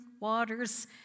waters